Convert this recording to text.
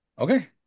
Okay